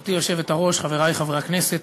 גברתי היושבת-ראש, חברי חברי הכנסת,